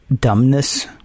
dumbness